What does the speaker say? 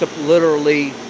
ah literally,